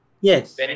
Yes